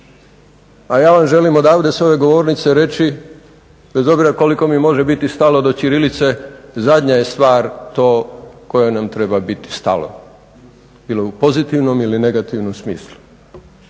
A ja vam želim odavde sa ove govornice reći bez obzira koliko mi može biti staro do ćirilice zadnja je stvar to koja nam to treba biti stalo bilo u pozitivnom ili negativnom smislu